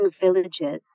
villages